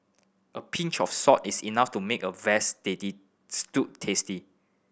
a pinch of salt is enough to make a veal steady stew tasty